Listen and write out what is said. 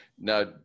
now